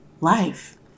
life